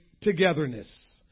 togetherness